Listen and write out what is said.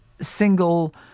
single